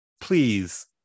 please